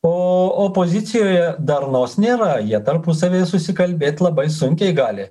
o opozicijoje darnos nėra jie tarpusavy susikalbėt labai sunkiai gali